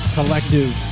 Collective